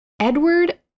Edward